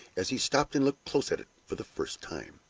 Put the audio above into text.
as he stopped and looked close at it for the first time.